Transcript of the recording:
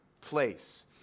place